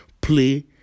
play